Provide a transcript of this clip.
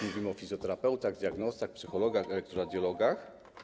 Mówimy o fizjoterapeutach, diagnostach, psychologach, elektroradiologach.